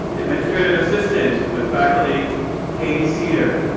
administrative assistant with faculty katie seder.